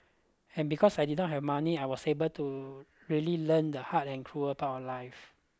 and because I did not have money I was able to really learn the hard and cruel part of life